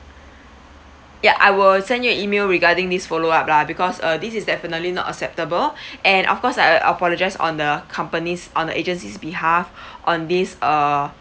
ya I will send you an email regarding this follow up lah because uh this is definitely not acceptable and of course I uh apologise on the company's on the agency's behalf on this err